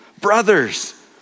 Brothers